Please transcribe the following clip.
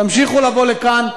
תמשיכו לבוא לכאן,